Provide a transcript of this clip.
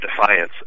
defiance